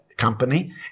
company